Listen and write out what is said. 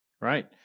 Right